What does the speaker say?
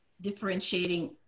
differentiating